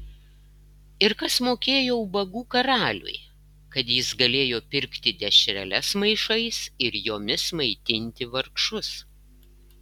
ir kas mokėjo ubagų karaliui kad jis galėjo pirkti dešreles maišais ir jomis maitinti vargšus